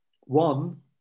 One